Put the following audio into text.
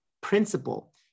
principle